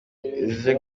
ije